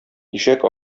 ишәк